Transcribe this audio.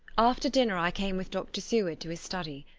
after dinner i came with dr. seward to his study.